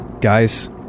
guys